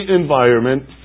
environment